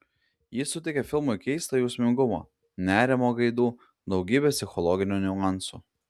ji suteikia filmui keisto jausmingumo nerimo gaidų daugybę psichologinių niuansų